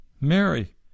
Mary